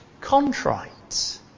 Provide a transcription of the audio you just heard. contrite